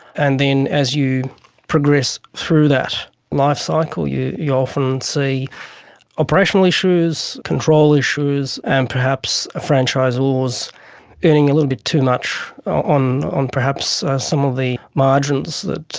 and then as you progress through that life-cycle you you often see operational issues, control issues and perhaps a franchisor is earning a little bit too much on on perhaps some of the margins that,